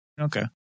Okay